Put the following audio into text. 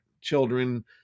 children